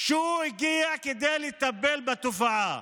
שהוא הגיע כדי לטפל בתופעה,